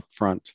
upfront